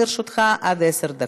לרשותך עד עשר דקות.